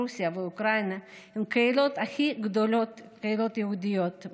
רוסיה ואוקראינה הן הקהילות היהודיות הכי גדולות בתפוצות.